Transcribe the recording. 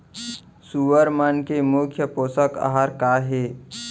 सुअर मन के मुख्य पोसक आहार का हे?